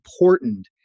important